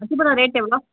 அத்திப்பழம் ரேட் எவ்வளோ